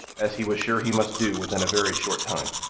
as he was sure he must do within a very short time.